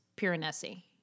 Piranesi